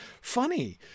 funny